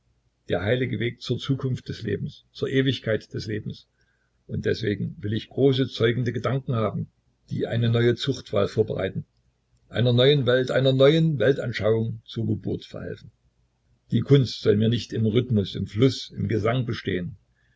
der heilige weg zur zukunft des lebens zur ewigkeit des lebens und deswegen will ich große zeugende gedanken haben die eine neue zuchtwahl vorbereiten einer neuen welt einer neuen weltanschauung zur geburt verhelfen die kunst soll mir nicht im rhythmus im fluß im gesang bestehen